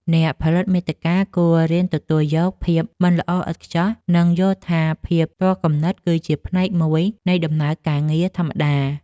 អ្នកផលិតមាតិកាគួររៀនទទួលយកភាពមិនល្អឥតខ្ចោះ និងយល់ថាភាពទាល់គំនិតគឺជាផ្នែកមួយនៃដំណើរការងារធម្មតា។